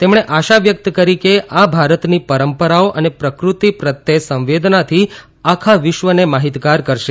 તેમણે આશા વ્યકત કરી કે આ ભારતની પરંપરાઓ અને પ્રદૃત્તિ પ્રત્યે સંવેદનાથી આખા વિશ્વને માહિતગાર કરશે